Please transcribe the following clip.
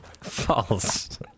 False